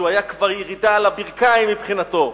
שהיה כבר ירידה על הברכיים מבחינתו,